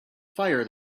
fire